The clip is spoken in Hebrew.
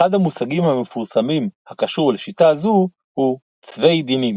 אחד המושגים המפורסמים הקשור לשיטה זו הוא "צווי דינים".